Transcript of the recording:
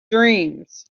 dreams